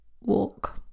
Walk